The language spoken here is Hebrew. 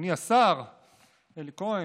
אדוני השר אלי כהן,